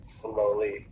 slowly